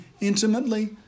intimately